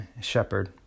shepherd